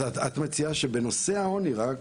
אז את מציעה שבנושא העוני רק,